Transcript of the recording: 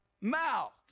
mouth